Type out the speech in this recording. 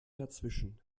dazwischen